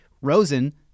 Rosen